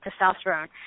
testosterone